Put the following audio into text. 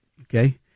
Okay